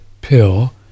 pill